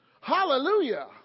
Hallelujah